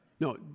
No